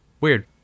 weird